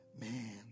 man